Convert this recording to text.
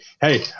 hey